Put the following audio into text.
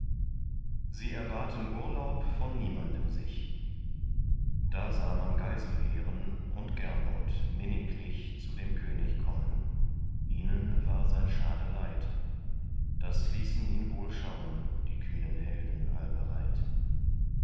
sie erbaten urlaub von niemandem sich da sah man geiselheren und gernot minniglich zu dem könig kommen ihnen war sein schade leid das ließen ihn wohl schauen die kühnen helden allbereit